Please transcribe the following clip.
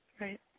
Right